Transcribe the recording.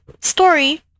story